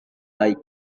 baik